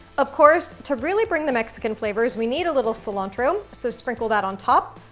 of course, to really bring the mexican flavors, we need a little cilantro, so sprinkle that on top,